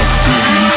city